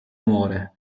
amore